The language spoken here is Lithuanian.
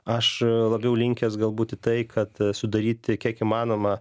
aš labiau linkęs galbūt į tai kad sudaryti kiek įmanoma